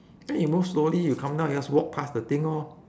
eh you move slowly you come down you just walk past the thing lor